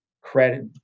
credit